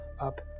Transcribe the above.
up